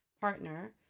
partner